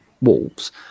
Wolves